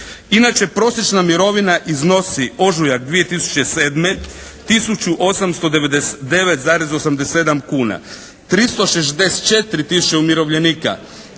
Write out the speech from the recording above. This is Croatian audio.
Inače prosječna mirovina iznosi ožujak 2007. tisuću 899,87 kuna, 364 tisuće umirovljenika